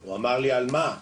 הוא אמר לי: על מה?